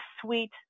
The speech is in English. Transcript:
sweet